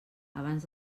abans